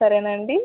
సరేనా అండి